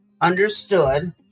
understood